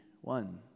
one